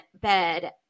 bed